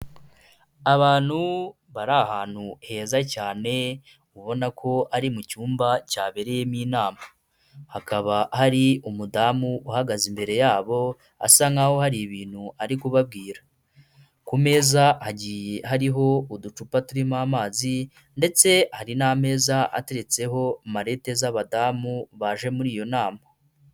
Abantu bari ahantu heza cyane, ubona ko ari mu cyumba cyabereyemo inama, hakaba hari umudamu uhagaze imbere yabo, asa nk'aho hari ibintu ari kubabwira, ku meza hagiye hariho uducupa turimo amazi ndetse hari n'ameza ateretseho marete z'abadamu baje muri iyo nama.